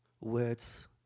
words